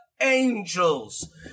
angels